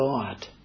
God